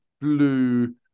blue